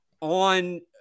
on